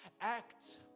act